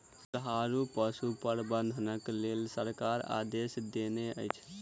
दुधारू पशु प्रबंधनक लेल सरकार आदेश देनै अछि